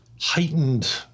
heightened